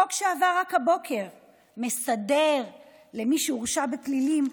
חוק שעבר רק הבוקר מסדר למי שהורשע בפלילים,